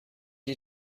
you